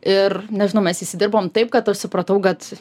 ir nežinau mes įsidirbom taip kad aš supratau kad